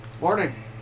Morning